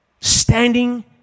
standing